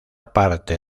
parte